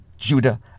Judah